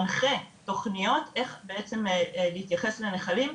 שמנחה תוכניות איך בעצם להתייחס לנחלים,